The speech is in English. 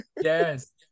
Yes